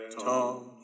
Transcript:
tall